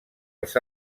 els